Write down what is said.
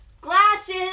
glasses